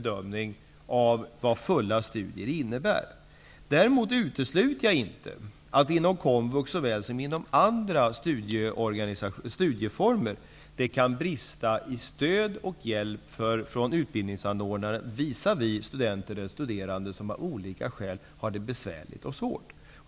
Däremot utesluter jag inte att det inom komvux såväl som inom andra studieformer kan brista i stöd och hjälp från utbildningsanordnare visavi studenter som av olika skäl har det besvärligt och svårt.